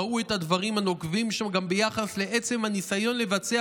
ראו את הדברים הנוקבים שם גם ביחס לעצם הניסיון לבצע